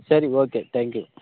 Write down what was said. சரிங்க okay thank you